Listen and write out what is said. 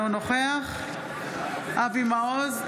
אינו נוכח אבי מעוז,